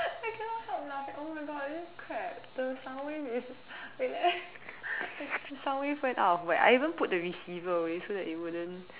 i cannot help laughing oh my God crap the sound wave is wait let me the sound wave went out of whack I even put the receiver away so that it wouldn't